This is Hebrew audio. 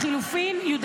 לחלופין י',